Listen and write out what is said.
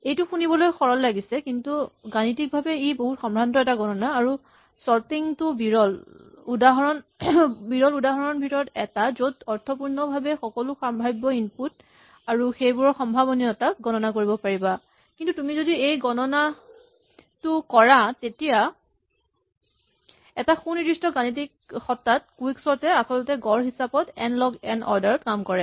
এইটো শুনিবলৈ সৰল লাগিছে কিন্তু গাণিতিকভাৱে ই বহুত সম্ভ্ৰান্ত এটা গণনা আৰু চৰ্টিং টো বিৰল উদাহৰণবোৰৰ ভিতৰত এটা য'ত অৰ্থপুৰ্ণভাৱে সকলো সাম্ভাৱ্য ইনপুট আৰু সেইবোৰৰ সম্ভাৱনীয়তাক গণনা কৰিব পাৰিবা কিন্তু তুমি যদি এই গণনাটো কৰা তেতিয়া এটা সুনিৰ্দিষ্ট গাণিতিক সত্তাত কুইকচৰ্ট এ আচলতে গড় হিচাপত এন লগ এন অৰ্ডাৰ ত কাম কৰে